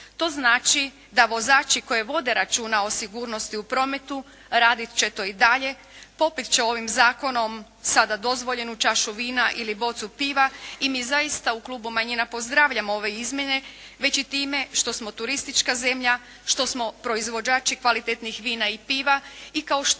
To znači da vozači koji vode računa o sigurnosti u prometu radit će to i dalje, popit će ovim zakonom sada dozvoljenu čašu vina ili bocu piva. I mi zaista u klubu manjina pozdravljamo ove izmjene već i time što smo turistička zemlja, što smo proizvođači kvalitetnih vina i piva i kao što